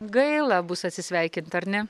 gaila bus atsisveikint ar ne